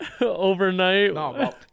overnight